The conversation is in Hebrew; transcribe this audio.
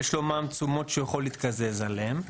ויש לו מע"מ תשומות שהוא יכול להתקזז עליהם.